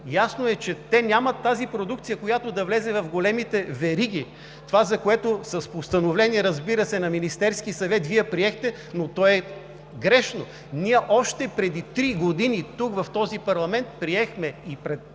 Ясно е, че те нямат тази продукция, която да влезе в големите вериги – това, което, разбира се, с Постановление на Министерския съвет Вие приехте, но то е грешно. Ние още преди три години тук, в този парламент, приехме и